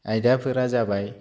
आयदाफोरा जाबाय